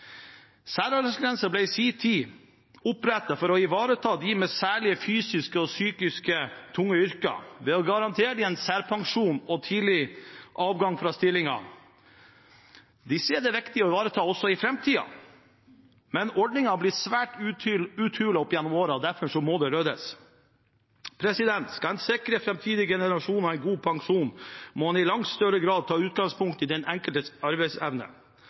ble i sin tid opprettet for å ivareta dem med særlig fysisk og psykisk tunge yrker ved å garantere dem en særpensjon og tidlig avgang fra stillingen. Disse er det viktig å ivareta også i framtiden, men ordningen er blitt svært uthulet opp gjennom årene, og derfor må det ryddes. Skal man sikre framtidige generasjoner god pensjon, må man i langt større grad ta utgangspunkt i den enkeltes arbeidsevne,